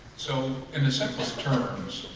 so in the simple terms